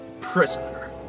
prisoner